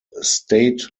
state